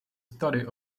study